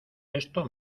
esto